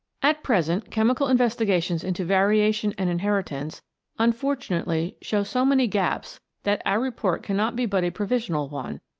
at present chemical investigations into variation and inheritance unfortunately show so many gaps that our report cannot be but a provisional one,